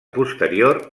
posterior